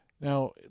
Now